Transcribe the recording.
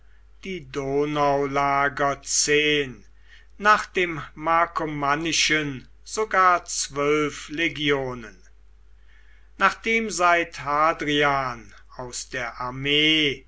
die donaulager zehn nach dem markomannischen sogar zwölf legionen nachdem seit hadrian aus der armee